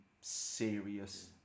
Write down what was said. serious